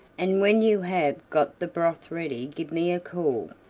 and when you have got the broth ready give me a call,